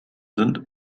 sind